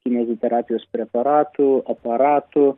kineziterapijos preparatų aparatų